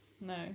No